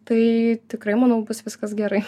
tai tikrai manau bus viskas gerai